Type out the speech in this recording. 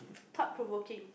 thought-provoking